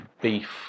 beef